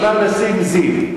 אמרת: נָסים דִיבּ.